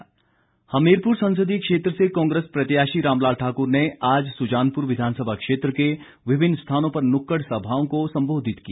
रामलाल ठाक्र हमीरपुर संसदीय क्षेत्र से कांग्रेस प्रत्याशी रामलाल ठाकुर ने आज सुजानपुर विधानसभा क्षेत्र के विभिन्न स्थानों पर नुक्कड़ सभाओं को संबोधित किया